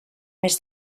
més